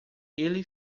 ele